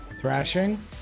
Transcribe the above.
Thrashing